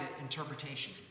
interpretation